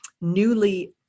newly